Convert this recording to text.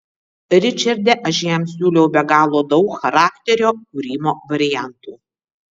ričarde aš jam siūliau be galo daug charakterio kūrimo variantų